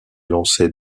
lancer